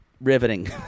Riveting